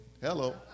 Hello